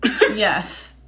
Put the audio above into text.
Yes